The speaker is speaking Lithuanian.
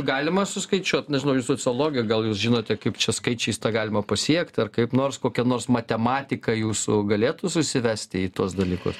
galima suskaičiuot nežinau jūs sociologai gal jūs žinote kaip čia skaičiais tą galima pasiekti ar kaip nors kokia nors matematika jūsų galėtų susivesti į tuos dalykus